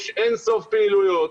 יש אין סוף פעילויות.